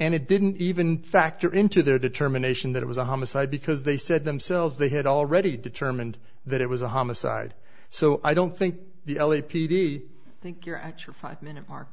and it didn't even factor into their determination that it was a homicide because they said themselves they had already determined that it was a homicide so i don't think the l a p d think you're actually five minute mark